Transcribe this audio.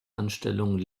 anstellung